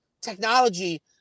technology